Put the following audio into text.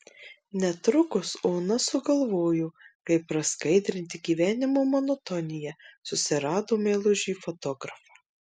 netrukus ona sugalvojo kaip praskaidrinti gyvenimo monotoniją susirado meilužį fotografą